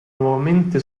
nuovamente